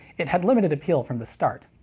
it had limited appeal from the start.